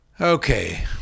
Okay